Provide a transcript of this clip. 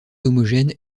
homogène